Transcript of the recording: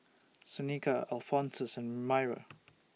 Seneca Alphonsus and Mira